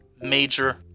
major